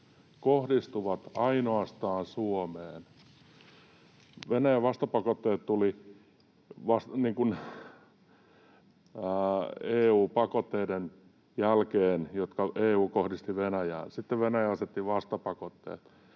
kohdistuvat ainoastaan Suomeen. Venäjän vastapakotteet tulivat EU-pakotteiden jälkeen, jotka EU kohdisti Venäjään. Sitten Venäjä asetti vastapakotteet.